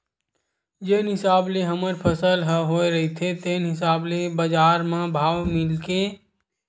जेन हिसाब ले हमर फसल ह होए रहिथे तेने हिसाब ले बजार म भाव मिलथे